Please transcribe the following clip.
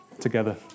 together